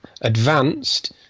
Advanced